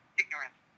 ignorance